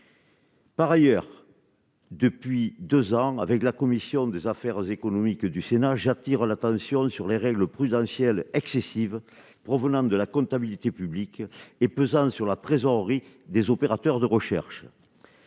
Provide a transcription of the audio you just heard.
Par ailleurs. Depuis 2 ans avec la commission des affaires économiques du Sénat, j'attire l'attention sur les règles prudentielles excessives provenant de la comptabilité publique et pesant sur la trésorerie des opérateurs de recherche.